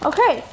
Okay